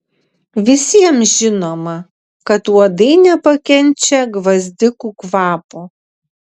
visiems žinoma kad uodai nepakenčia gvazdikų kvapo